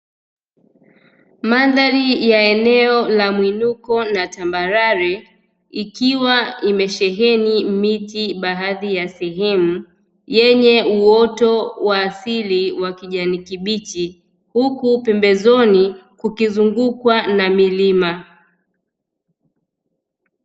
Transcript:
Mandhari ya eneo la mwinuko na tambarare, ikiwa imesheheni miti baadhi ya sehemu, yenye uoto wa asili wa kijani kibichi, huku pembezoni kukizungukwa na milima.